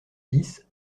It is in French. dix